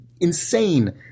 insane